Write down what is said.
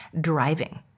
driving